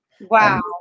Wow